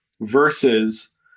versus